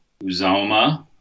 Uzoma